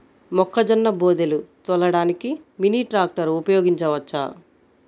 మొక్కజొన్న బోదెలు తోలడానికి మినీ ట్రాక్టర్ ఉపయోగించవచ్చా?